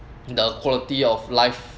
the quality of life